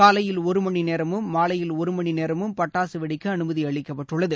காலையில் ஒரு மணி நேரமும் மாலையில் ஒரு மணி நேரமும் பட்டாசு வெடிக்க அனுமதி அளிக்கப்பட்டுள்ளன